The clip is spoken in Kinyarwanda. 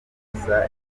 imfabusa